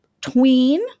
tween